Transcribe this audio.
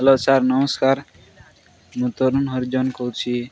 hello sir ନମସ୍କାର ମୁଁ ତରୁନ୍ ହରିଜନ କହୁଛି